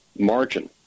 margin